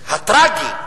הטרגי,